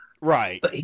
Right